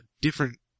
different